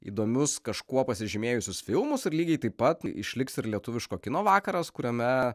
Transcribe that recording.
įdomius kažkuo pasižymėjusius filmus ir lygiai taip pat išliks ir lietuviško kino vakaras kuriame